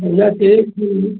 पूजा के एक दिन ही